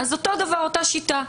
אותה שיטה.